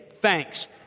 thanks